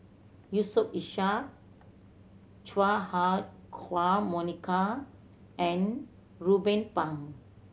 Yusof Ishak Chua Ah Huwa Monica and Ruben Pang